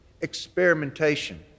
experimentation